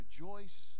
Rejoice